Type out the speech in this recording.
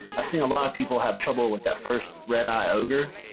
ah seen a lot of people have trouble with that first red-eye ogre.